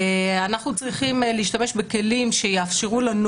ואנחנו צריכים להשתמש בכלים שיאפשרו לנו